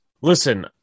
listen